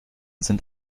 sind